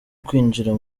kwinjira